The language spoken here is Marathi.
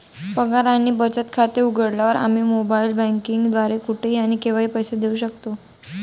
पगार आणि बचत खाते उघडल्यावर, आम्ही मोबाइल बँकिंग द्वारे कुठेही आणि केव्हाही पैसे देऊ शकतो